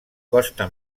costa